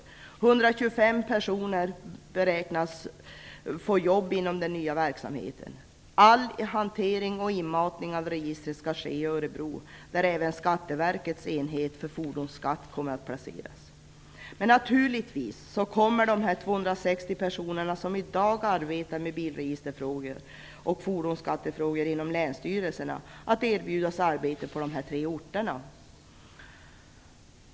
125 personer beräknas få jobb inom den nya verksamheten. All hantering och inmatning av registret skall ske i Örebro, där även Skatteverkets enhet för fordonsskatt kommer att placeras. Men naturligtvis kommer de 260 personer som i dag arbetar med bilregisterfrågor och fordonsskattefrågor inom länsstyrelserna att erbjudas arbete på dessa tre orter.